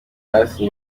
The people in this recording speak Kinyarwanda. hasi